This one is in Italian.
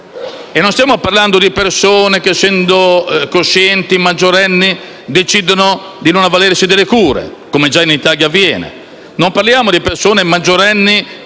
Non stiamo parlando di persone che, essendo coscienti e maggiorenni, decidono di non avvalersi delle cure, come già in Italia avviene. Non parliamo di persone, maggiorenni,